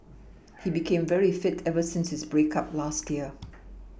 he became very fit ever since his break up last year